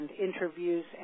interviews